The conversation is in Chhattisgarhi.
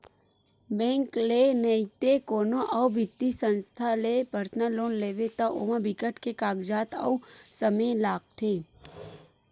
बेंक ले नइते कोनो अउ बित्तीय संस्था ले पर्सनल लोन लेबे त ओमा बिकट के कागजात अउ समे लागथे